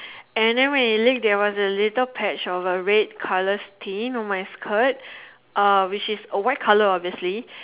and then when it leak there was a little patch of uh red colour stain on my skirt uh which is white colour obviously